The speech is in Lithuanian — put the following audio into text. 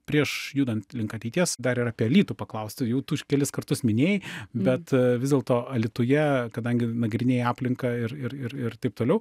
prieš judant link ateities dar ir apie alytų paklausti jau tu kelis kartus minėjai bet vis dėlto alytuje kadangi nagrinėjai aplinką ir ir ir ir taip toliau